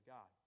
God